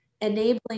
enabling